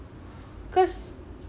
cause